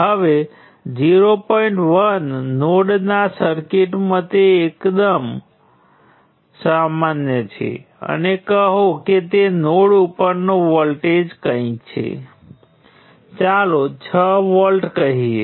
તો ચાલો કહીએ કે આપણે જે વિચારી રહ્યા છીએ તેના જેવી સર્કિટ લઈએ છીએ પરંતુ એક રેઝિસ્ટરને વોલ્ટેજ નિયંત્રિત કરંટ સ્ત્રોત દ્વારા બદલવામાં આવે છે આ I1I3R1 છે